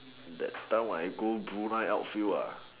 that time I go Brunei outfield ah